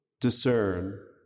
discern